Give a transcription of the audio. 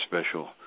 special